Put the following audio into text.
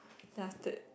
then after that